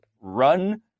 run